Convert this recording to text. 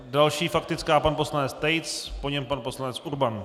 Další faktická, pan poslanec Tejc, po něm pan poslanec Urban.